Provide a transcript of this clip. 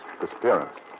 disappearance